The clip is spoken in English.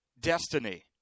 destiny